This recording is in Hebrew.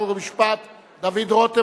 חוק ומשפט דוד רותם,